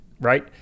right